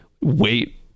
wait